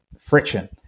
friction